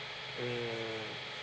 mm mm